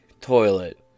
toilet